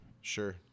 Sure